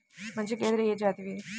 మంచి గేదెలు ఏ జాతివి?